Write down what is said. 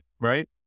right